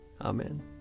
Amen